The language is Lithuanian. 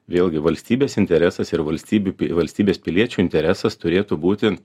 vėlgi valstybės interesas ir valstybių pil valstybės piliečių interesas turėtų būti